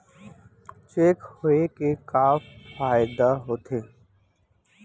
Cheque होए के का फाइदा होथे?